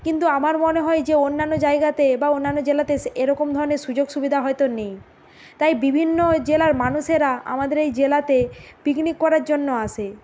কিন্তু আমার মনে হয় যে অন্যান্য জায়গাতে বা অন্যান্য জেলাতে সে এরকম ধরনের সুযোগ সুবিধা হয়তো নেই তাই বিভিন্ন জেলার মানুষেরা আমাদের এই জেলাতে পিকনিক করার জন্য আসে